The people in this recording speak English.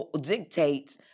dictates